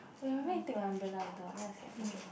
wait remind me take my umbrella later then I scared forget